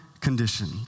condition